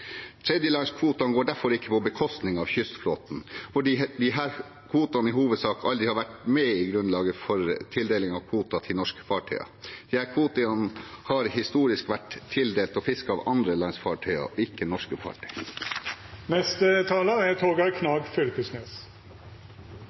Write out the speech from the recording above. går derfor ikke på bekostning av kystflåten, hvor disse kvotene i hovedsak aldri har vært med i grunnlaget for tildeling av kvoter til norske fartøyer. Disse kvotene har historisk vært tildelt og fisket av andre lands fartøyer og ikke norske